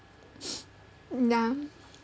ya